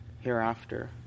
hereafter